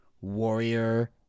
Warrior